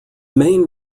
main